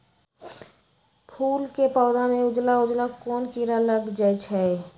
फूल के पौधा में उजला उजला कोन किरा लग जई छइ?